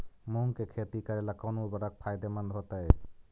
मुंग के खेती करेला कौन उर्वरक फायदेमंद होतइ?